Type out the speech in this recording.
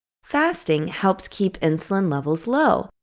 fasting helps keep insulin levels low,